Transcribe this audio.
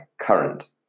current